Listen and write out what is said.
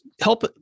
Help